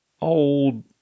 old